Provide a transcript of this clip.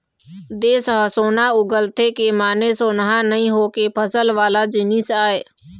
देस ह सोना उगलथे के माने सोनहा नइ होके फसल वाला जिनिस आय